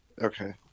Okay